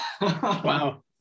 Wow